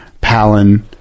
Palin